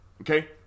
Okay